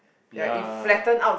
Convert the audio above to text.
ya